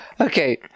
Okay